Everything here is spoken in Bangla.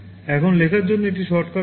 এখন লেখার জন্য একটি শর্টকাট আছে